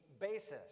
basis